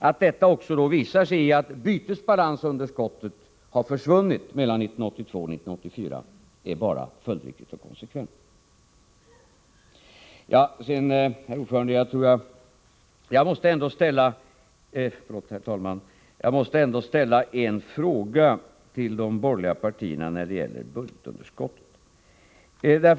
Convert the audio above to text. Att detta också visar sig i att bytesbalansunderskottet har försvunnit mellan 1982 och 1984 är bara följdriktigt och konsekvent. Herr talman! Jag måste ställa en fråga till de borgerliga partierna när det gäller budgetunderskottet.